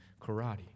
karate